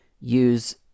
use